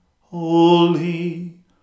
holy